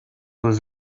was